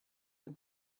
than